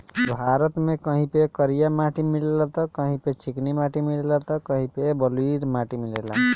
भारत में कहीं पे करिया माटी मिलेला त कहीं पे चिकनी माटी त कहीं पे बलुई माटी मिलेला